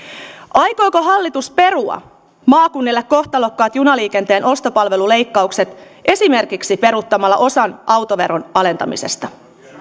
aikooko hallitus perua maakunnille kohtalokkaat junaliikenteen ostopalveluleikkaukset esimerkiksi peruuttamalla osan autoveron alentamisesta